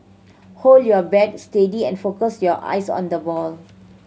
hold your bat steady and focus your eyes on the ball